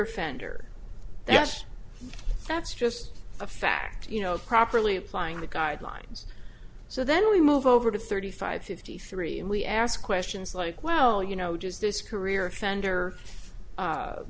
fender that's that's just a fact you know properly applying the guidelines so then we move over to thirty five fifty three and we ask questions like well you know does this career offender